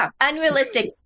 Unrealistic